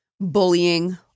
bullying